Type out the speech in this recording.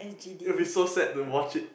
it will be so sad to watch it